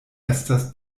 estas